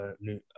new